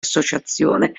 associazione